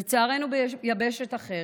לצערנו, ביבשת אחרת,